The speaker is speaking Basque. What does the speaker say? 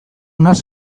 naiz